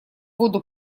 воду